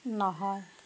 নহয়